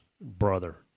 brother